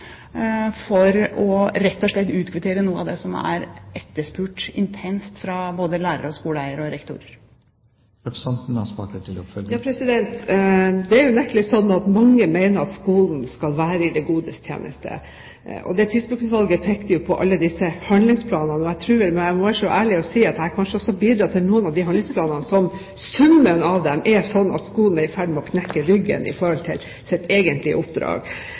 rett og slett å utkvittere noe av det som er etterspurt intenst fra både lærere, skoleeiere og rektorer. Det er unektelig slik at mange mener at skolen skal være i det godes tjeneste, og Tidsbrukutvalget pekte jo på alle disse handlingsplanene. Jeg tror jeg må være så ærlig å si at jeg kanskje også har bidratt til noen av de handlingsplanene, og at summen av dem er slik at skolen er i ferd med å knekke ryggen i forhold til sitt egentlige oppdrag.